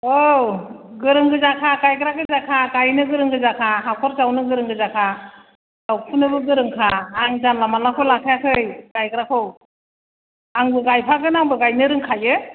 औ गोरों गोजाखा गायग्रा गोजाखा गायनो गोरों गोजाखा हाखर जावनो गोरों गोजाखा जावखुनोबो गोरोंखा आं जानला मोनलाखौ लाखायाखै गायग्राखौ आंबो गायफागोन आंबो गायनो रोंखायो